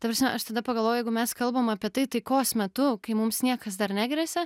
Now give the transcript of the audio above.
ta prasme aš tada pagalvojau jeigu mes kalbam apie tai taikos metu kai mums niekas dar negresia